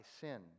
sin